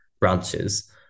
branches